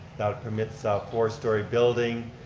that permits ah a four story building,